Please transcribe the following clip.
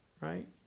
right